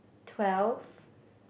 twelve